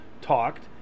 talked